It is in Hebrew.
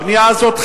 הבנייה הזאת,